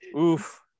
Oof